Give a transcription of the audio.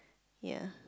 ya